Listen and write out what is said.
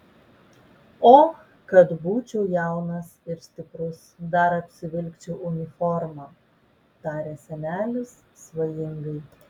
o kad būčiau jaunas ir stiprus dar apsivilkčiau uniformą tarė senelis svajingai